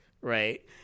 right